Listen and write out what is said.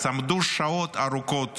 עמדו שעות ארוכות